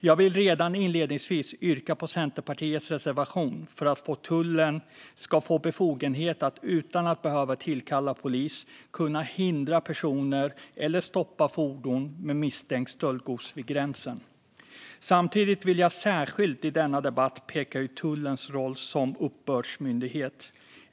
Jag vill redan inledningsvis yrka bifall till Centerpartiets reservation om att tullen ska få befogenhet att - utan att behöva tillkalla polis - hindra personer eller stoppa fordon med misstänkt stöldgods vid gränsen. Samtidigt vill jag i denna debatt särskilt peka ut tullens roll som uppbördsmyndighet.